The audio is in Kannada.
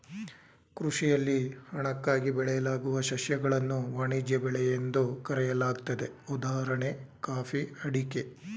ಕೃಷಿಯಲ್ಲಿ ಹಣಕ್ಕಾಗಿ ಬೆಳೆಯಲಾಗುವ ಸಸ್ಯಗಳನ್ನು ವಾಣಿಜ್ಯ ಬೆಳೆ ಎಂದು ಕರೆಯಲಾಗ್ತದೆ ಉದಾಹಣೆ ಕಾಫಿ ಅಡಿಕೆ